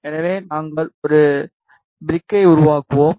எனவே நாங்கள் ஒரு ப்ரிக்கை உருவாக்குவோம்